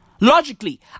logically